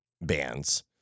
bands